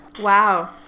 Wow